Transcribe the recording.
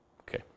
Okay